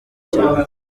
cyane